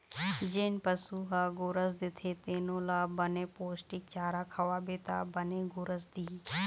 जेन पशु ह गोरस देथे तेनो ल बने पोस्टिक चारा खवाबे त बने गोरस दिही